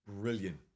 brilliant